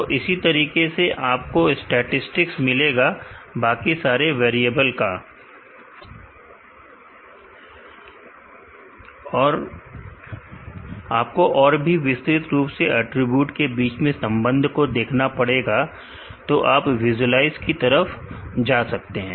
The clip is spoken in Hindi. तो इसी तरीके से आपको स्टैटिसटिक्स मिलेगा बाकी सारे वेरिएबल का आपको और भी विस्तृत रूप से अटरीब्यूट्स के बीच में संबंध को देखना पड़ेगा तो आप विजुलाइज की तरफ जा सकते हैं